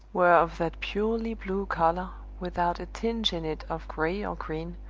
were of that purely blue color, without a tinge in it of gray or green,